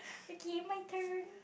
okay my turn